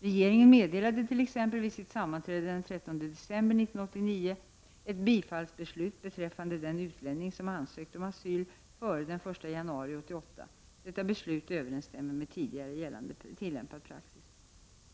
Regeringen meddelade t.ex. vid sitt sammanträde den 13 december 1989 ett bifallsbeslut beträffande en utlänning som ansökt om asyl före den 1 januari 1988. Detta beslut överensstämmer med tidigare tillämpad praxis.